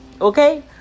Okay